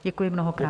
Děkuji mnohokrát.